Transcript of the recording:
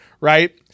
right